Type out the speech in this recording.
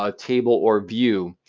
ah table, or view.